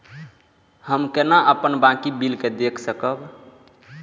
हम केना अपन बाकी बिल के देख सकब?